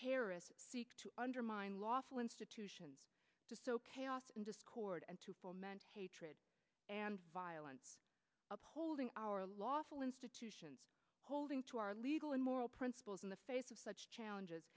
terrorists seek to undermine lawful institutions to sow chaos and discord and to foment hatred and violence upholding our lawful institutions holding to our legal and moral principles in the face of such challenges